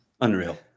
Unreal